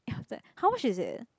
then after that how much is it